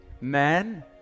man